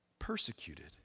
Persecuted